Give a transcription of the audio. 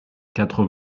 quatre